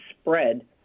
spread